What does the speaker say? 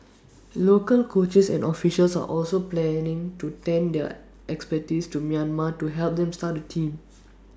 local coaches and officials are also planning to lend their expertise to Myanmar to help them start A team